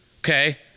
okay